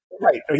Right